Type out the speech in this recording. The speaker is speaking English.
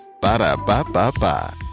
Ba-da-ba-ba-ba